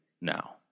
now